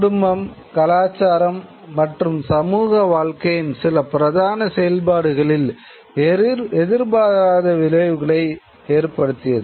குடும்பம் கலாச்சாரம் மற்றும் சமூக வாழ்க்கையின் சில பிரதான செயல்பாடுகளில் எதிர்பாராத விளைவுகளை ஏற்படுத்தியது